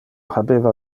habeva